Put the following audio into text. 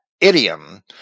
idiom